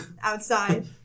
outside